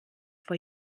vor